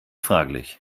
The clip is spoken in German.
fraglich